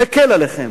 מקל עליכם.